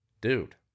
dude